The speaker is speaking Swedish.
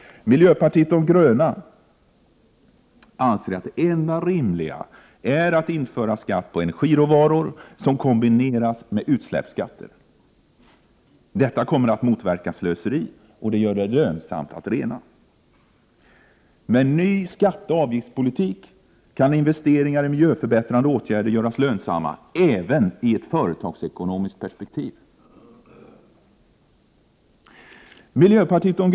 Miljöpartiet de gröna anser att det enda rimliga är att införa skatt på energiråvaror som kombineras med utsläppsskatter. Detta kommer att motverka slöseri och gör det lönsamt att rena. Med en ny skatteoch avgiftspolitik kan investeringar i miljöförbättrande åtgärder göras lönsamma även i ett företagsekonomiskt perspektiv.